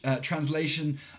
translation